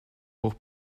pour